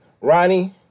Ronnie